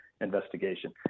investigation